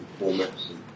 formats